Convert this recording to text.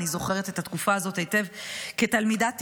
אני זוכרת את התקופה הזאת היטב כתלמידת תיכון.